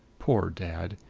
poor dad!